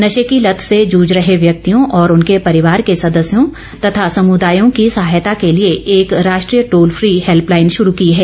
नशे की लत से जुझ रहे व्यक्तियों और उनके परिवार के सदस्यों तथा समुदायों की सहायता के लिए एक राष्ट्रीय टोल फ्री हेल्पलाइन शुरू की है